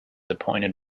appointed